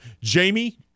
jamie